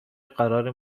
قرار